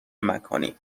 مکانی